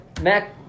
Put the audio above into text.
Mac